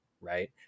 right